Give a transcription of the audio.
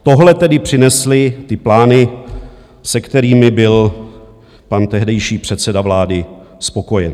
Tohle tedy přinesly ty plány, se kterými byl pan tehdejší předseda vlády spokojen.